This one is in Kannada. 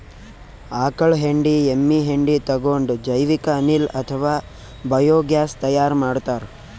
ಆಕಳ್ ಹೆಂಡಿ ಎಮ್ಮಿ ಹೆಂಡಿ ತಗೊಂಡ್ ಜೈವಿಕ್ ಅನಿಲ್ ಅಥವಾ ಬಯೋಗ್ಯಾಸ್ ತೈಯಾರ್ ಮಾಡ್ತಾರ್